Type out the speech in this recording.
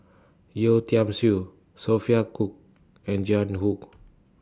Yeo Tiam Siew Sophia Cooke and Jiang Hu